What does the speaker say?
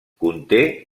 conté